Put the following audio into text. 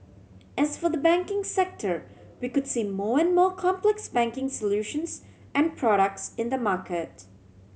as for the banking sector we could see more and more complex banking solutions and products in the market